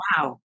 wow